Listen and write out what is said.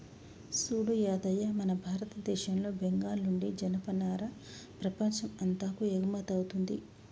సూడు యాదయ్య మన భారతదేశంలో బెంగాల్ నుండి జనపనార ప్రపంచం అంతాకు ఎగుమతౌతుంది